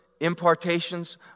impartations